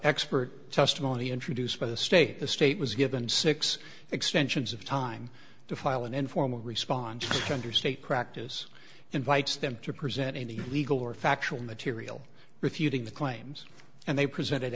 expert testimony introduced by the state the state was given six extensions of time to file an informal response under state practice invites them to present any legal or factual material refuting the claims and they presented